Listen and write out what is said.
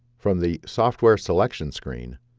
from the software selection screen,